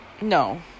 No